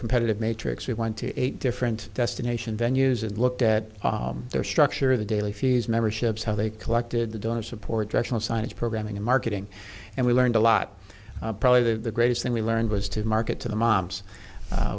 competitive matrix we went to eight different destination venues and looked at their structure of the daily fees memberships how they collected the donor support directional signage programming in marketing and we learned a lot probably the greatest thing we learned was to market to the moms